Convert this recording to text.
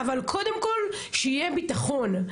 אבל קודם כל, שיהיה ביטחון.